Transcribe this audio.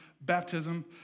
baptism